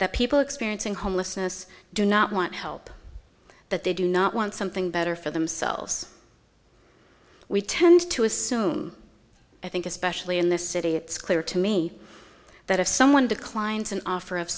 that people experiencing homelessness do not want help that they do not want something better for themselves we tend to assume i think especially in this city it's clear to me that if someone declines an offer of